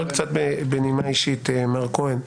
בנימה אישית, מר כהן,